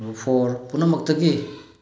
number four ꯄꯨꯝꯅꯃꯛꯇꯒꯤ